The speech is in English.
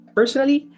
personally